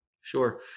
Sure